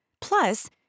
Plus